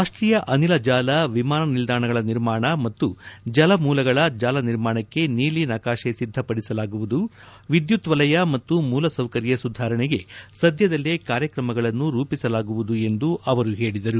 ರಾಷ್ಟೀಯ ಅನಿಲ ಜಾಲ ವಿಮಾನ ನಿಲ್ದಾಣಗಳ ನಿರ್ಮಾಣ ಮತ್ತು ಜಲ ಮೂಲಗಳ ಜಾಲ ನಿರ್ಮಾಣಕ್ಕೆ ನೀಲಿ ನಕಾಶೆ ಸಿದ್ದಪದಿಸಲಾಗುವುದು ವಿದ್ಯುತ್ ವಲಯ ಮತ್ತು ಮೂಲಸೌಕರ್ಯ ಸುಧಾರಣೆಗೆ ಸದ್ಯದಲ್ಲೇ ಕಾರ್ಯಕ್ರಮಗಳನ್ನು ರೂಪಿಸಲಾಗುವುದು ಎಂದು ಅವರು ಹೇಳಿದರು